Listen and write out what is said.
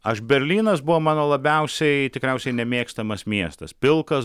aš berlynas buvo mano labiausiai tikriausiai nemėgstamas miestas pilkas